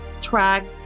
track